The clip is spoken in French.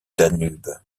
danube